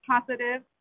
positive